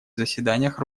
заседаниях